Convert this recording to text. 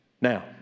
Now